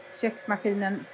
köksmaskinen